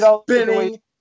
spinning